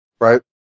Right